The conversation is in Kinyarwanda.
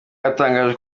yatangaje